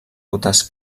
rutes